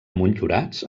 motllurats